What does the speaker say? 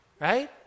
right